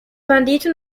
banditi